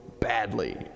badly